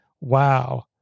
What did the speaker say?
Wow